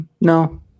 No